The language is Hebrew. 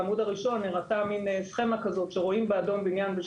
בעמוד הראשון הראתה מן סכמה כזאת שרואים באדום בניין בן